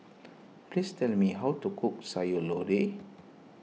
please tell me how to cook Sayur Lodeh